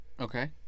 okay